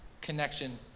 connection